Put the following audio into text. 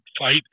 fight